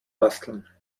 basteln